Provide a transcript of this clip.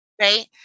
right